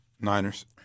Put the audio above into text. Niners